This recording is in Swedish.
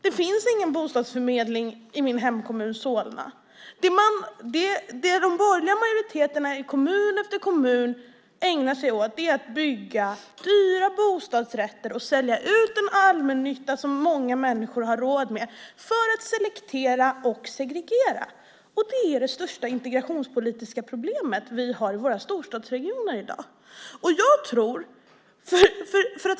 Det finns ingen bostadsförmedling i min hemkommun Solna. Det som de borgerliga majoriteterna i kommun efter kommun ägnar sig åt är att bygga dyra bostadsrätter och sälja ut den allmännytta som många människor har råd med för att selektera och segregera. Det är det största integrationspolitiska problem vi har i våra storstadsregioner i dag.